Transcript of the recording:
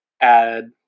add